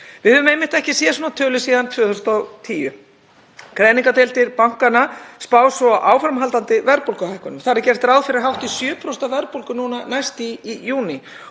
Við höfum einmitt ekki séð svona tölur síðan 2010. Greiningardeildir bankanna spá svo áframhaldandi verðbólguhækkun. Þar er gert ráð fyrir hátt í 7% verðbólgu núna næst í júní